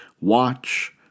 watch